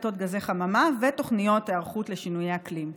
פליטות גזי חממה ותוכניות היערכות לשינויי אקלים.